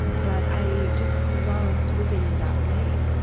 but i just love living that way,